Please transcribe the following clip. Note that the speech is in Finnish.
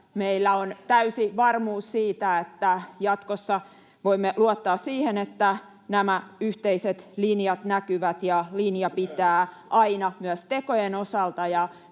meillä on täysi varmuus siitä, että jatkossa voimme luottaa siihen, että nämä yhteiset linjat näkyvät ja linja pitää [Kimmo Kiljusen